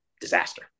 disaster